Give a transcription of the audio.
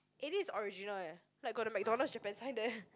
it is original leh like got the McDonald Japan sign there